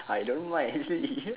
I don't like this